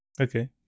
Okay